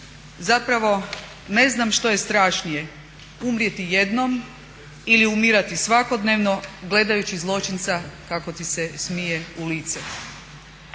Zapravo ne znam što je strašnije, umrijeti jednom ili umirati svakodnevno gledajući zločinca kako ti se smije u lice.